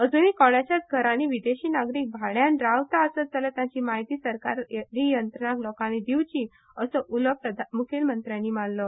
अजुनूय कोणाच्याय घरांनी विदेशी नागरीक भाड्यान रावता आसत जाल्यार तांची म्हायती सरकारी यंत्रणांक लोकांनी दिवची असो उलो मुखेलमंत्र्यांनी मारलो